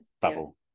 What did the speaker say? Bubble